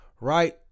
right